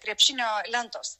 krepšinio lentos